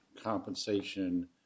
compensation